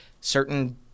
certain